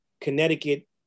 Connecticut